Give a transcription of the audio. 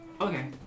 Okay